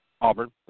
Auburn